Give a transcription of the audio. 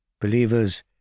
Believers